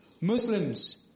Muslims